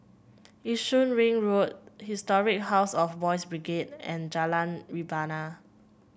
Yishun Ring Road Historic House of Boys' Brigade and Jalan Rebana